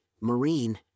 marine